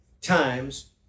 times